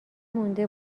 مونده